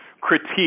critique